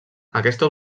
aquesta